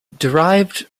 derived